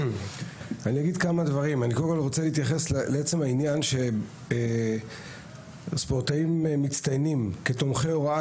אני רוצה להתייחס לכך שספורטאים מצטיינים כתומכי הוראה